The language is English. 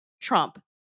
Trump